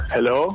Hello